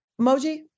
Emoji